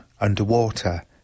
underwater